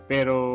Pero